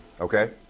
Okay